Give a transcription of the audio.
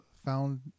found